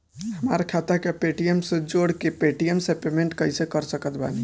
हमार खाता के पेटीएम से जोड़ के पेटीएम से पेमेंट कइसे कर सकत बानी?